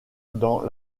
dans